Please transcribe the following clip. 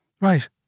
right